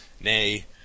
nay